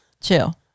Chill